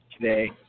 today